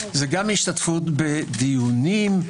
גם השתתפות בדיונים,